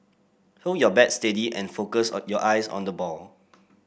hold your bat steady and focus or your eyes on the ball